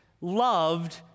loved